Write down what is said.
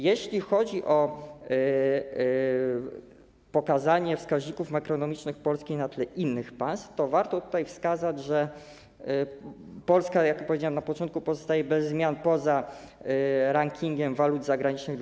Jeśli chodzi o pokazanie wskaźników makroekonomicznych Polski na tle innych państw, to warto tutaj wskazać, że Polska, jak powiedziałem na początku, pozostaje bez zmian poza rankingiem walut zagranicznych dla